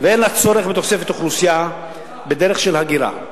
ואין לה צורך בתוספת של אוכלוסייה בדרך של הגירה.